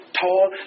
tall